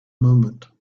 moment